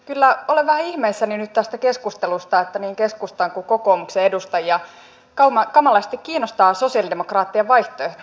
kyllä olen vähän ihmeissäni nyt tästä keskustelusta että niin keskustan kuin kokoomuksen edustajia kamalasti kiinnostaa sosialidemokraattien vaihtoehto